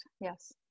yes